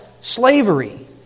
slavery